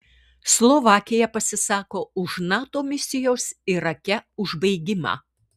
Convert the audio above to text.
slovakija pasisako už nato misijos irake užbaigimą